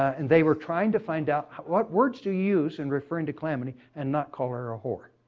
and they were trying to find out what words to use in referring to calamity and not call her a whore.